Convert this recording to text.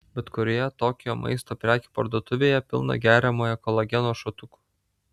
bet kurioje tokijo maisto prekių parduotuvėje pilna geriamojo kolageno šotukų